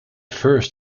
first